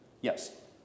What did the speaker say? yes